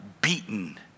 beaten